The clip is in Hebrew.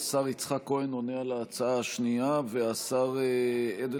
השר יצחק כהן עונה על ההצעה השנייה והשר אדלשטיין,